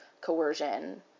coercion